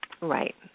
Right